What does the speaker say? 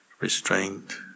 restraint